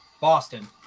Boston